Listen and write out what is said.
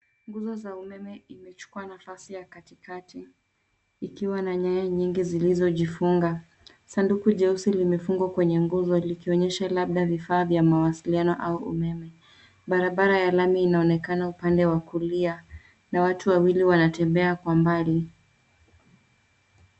Nguzo za umeme imechukua nafasi ya kati kati, ikiwa na nyaya nyingi zilizojifunga. Sanduku jeusi limefungwa kwenye nguzo likionyesha labda vifaa vya mawasiliano au umeme. Barabara ya lami inaonekana upande wa kulia, na watu wawili wanatembea kwa mbali.